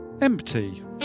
Empty